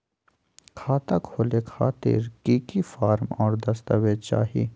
खाता खोले खातिर की की फॉर्म और दस्तावेज चाही?